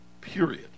period